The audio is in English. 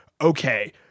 okay